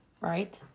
Right